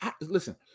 Listen